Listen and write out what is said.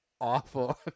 awful